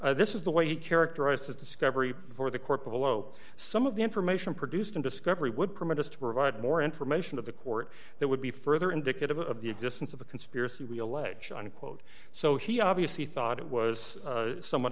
this is the way he characterized his discovery for the court below some of the information produced in discovery would permit us to provide more information to the court that would be further indicative of the existence of a conspiracy reelection unquote so he obviously thought it was somewhat